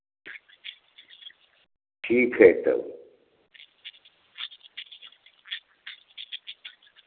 ठीक है सर